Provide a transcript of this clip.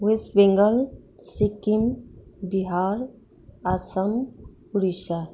West Bengal Sikkim Bihar Assam Odisha